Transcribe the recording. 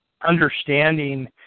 understanding